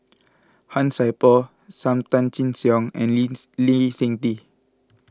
Han Sai Por Sam Tan Chin Siong and Lin's Lee Seng Tee